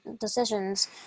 decisions